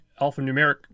alphanumeric